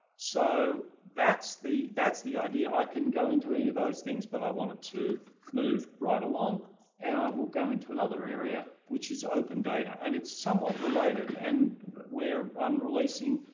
so that's the, that's the idea. i can go into any of those things but i wanted to move right along and i will go into another area which is open data and it's somewhat related and where i'm releasing.